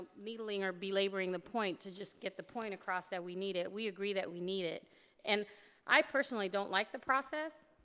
needling or belaboring the point to just get the point across that we need it, we agree that we need it and i personally don't like the process,